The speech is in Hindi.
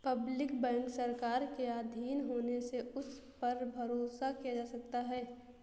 पब्लिक बैंक सरकार के आधीन होने से उस पर भरोसा किया जा सकता है